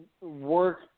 work